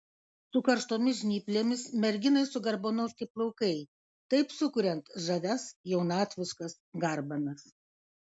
su karštomis žnyplėmis merginai sugarbanoti plaukai taip sukuriant žavias jaunatviškas garbanas